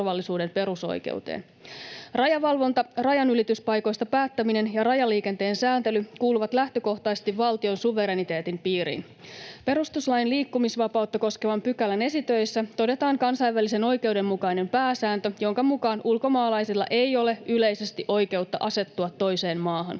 Rajavalvonta, rajanylityspaikoista päättäminen ja rajaliikenteen sääntely kuuluvat lähtökohtaisesti valtion suvereniteetin piiriin. Perustuslain liikkumisvapautta koskevan pykälän esitöissä todetaan kansainvälisen oikeuden mukainen pääsääntö, jonka mukaan ulkomaalaisilla ei ole yleisesti oikeutta asettua toiseen maahan.